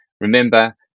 Remember